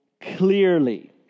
clearly